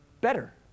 better